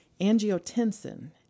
angiotensin